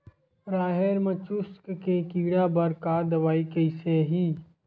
राहेर म चुस्क के कीड़ा बर का दवाई कइसे ही?